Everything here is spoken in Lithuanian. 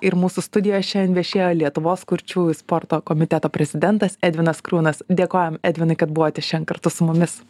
ir mūsų studijoj šiandien viešėjo lietuvos kurčiųjų sporto komiteto prezidentas edvinas kriūnas dėkojam edvinui kad buvote šian kartu su mumis